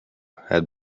had